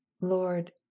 Lord